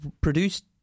produced